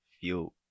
feel